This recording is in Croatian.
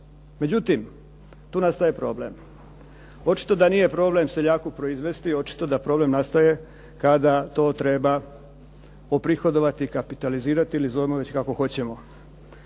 Međutim, tu nastaje problem. Očito da nije problem seljaku proizvesti i očito da problem nastaje kada to treba oprihodovati, kapitalizirati ili zovimo već kako hoćemo.